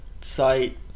site